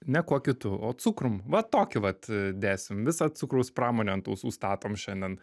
ne kuo kitu o cukrum va tokiu vat dėsim visą cukraus pramonę ant ausų statom šiandien